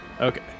Okay